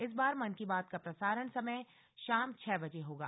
इस बार मन की बात का प्रसारण समय शाम छह बजे होगा